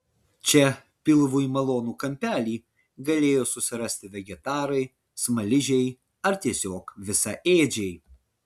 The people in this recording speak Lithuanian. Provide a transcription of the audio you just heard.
čia pilvui malonų kampelį galėjo susirasti vegetarai smaližiai ar tiesiog visaėdžiai